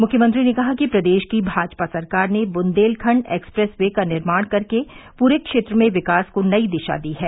मुख्यमंत्री ने कहा कि प्रदेश की भाजपा सरकार ने बृंदेलखंड एक्सप्रेस वे का निर्माण कर पूरे क्षेत्र में विकास को नई दिशा दी है